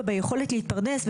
וביכולת להתפרנס,